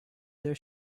their